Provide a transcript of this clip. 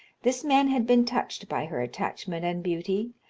this man had been touched by her attachment and beauty,